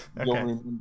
Okay